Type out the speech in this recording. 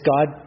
God